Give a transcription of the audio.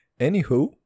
anywho